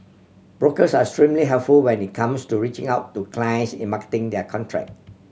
brokers are extremely helpful when it comes to reaching out to clients in marketing their contract